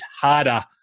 harder